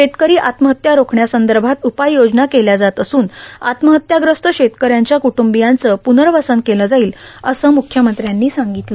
शेतकरी आत्महत्या रोखण्यासंदभात उपाययोजना केल्या जात असून आत्महत्याग्रस्त शेतकऱ्यांच्या क्टंबीयांचं प्नवसन केलं जाईल असं मुख्यमंत्र्यांनी सांगतलं